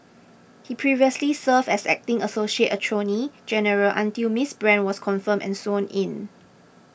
he previously served as acting associate attorney general until Miss Brand was confirmed and sworn in